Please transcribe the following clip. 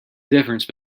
difference